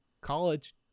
college